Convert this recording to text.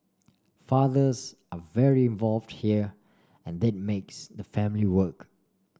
fathers are very involved here and that makes the family work